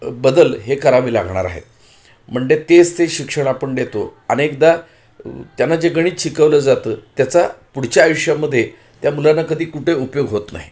अ बदल हे करावे लागणार आहेत म्हणजे तेच ते शिक्षण आपण देतो अनेकदा त्यांना जे गणित शिकवलं जातं त्याचा पुढच्या आयुष्यामध्ये त्या मुलांना कधी कुठे उपयोग होत नाही